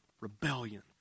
Rebellion